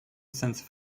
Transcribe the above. centre